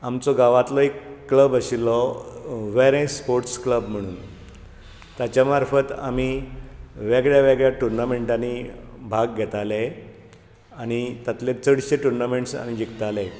आमचो गावांतलो एक क्लब आशिल्लो वेरें स्पोर्टस क्लब म्हण ताचे मार्फत आमी वेगळें वेगळें टुर्नामेंटांनी भाग घेताले आनी तातुंतले चडशें टुर्नामेंटस आमी जिखताले